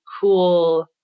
cool